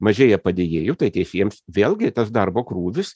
mažėja padėjėjų tai teisėjams vėlgi tas darbo krūvis